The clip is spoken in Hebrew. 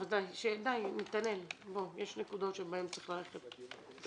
יש נקודות שבהן צריך ללכת אחורה.